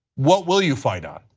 what will you fight on?